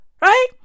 Right